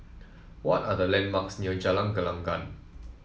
what are the landmarks near Jalan Gelenggang